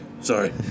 Sorry